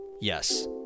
Yes